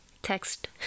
Text